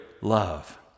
love